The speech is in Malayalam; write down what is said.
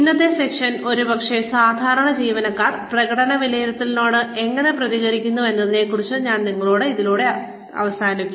ഇന്നത്തെ സെഷൻ ഒരുപക്ഷേ സാധാരണ ജീവനക്കാർ പ്രകടന വിലയിരുത്തലിനോട് എങ്ങനെ പ്രതികരിക്കുന്നു എന്നതിനെക്കുറിച്ച് ഞാൻ നിങ്ങളോട് പറയുന്നതിലൂടെ അവസാനിപ്പിക്കും